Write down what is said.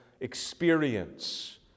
experience